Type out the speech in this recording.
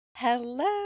Hello